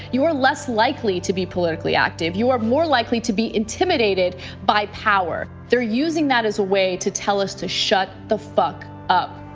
you are less likely to be politically active. you are more likely to be intimidated by power. they're using that as a way to tell us to shut the fuck up.